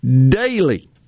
daily